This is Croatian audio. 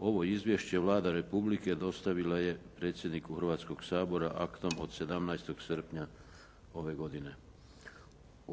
Ovo izvješće Vlada Republike Hrvatske dostavila je predsjedniku Hrvatskoga sabora aktom od 17. srpnja ove godine.